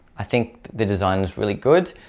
i think the design is really good,